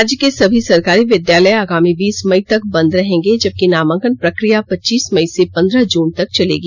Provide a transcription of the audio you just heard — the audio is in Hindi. राज्य के सभी सरकारी विद्यालय आगामी बीस मई तक बंद रहेंगे जबकि नामांकन प्रक्रिया पच्चीस मई से पंद्रह जून तक चलेगी